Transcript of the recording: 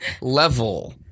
level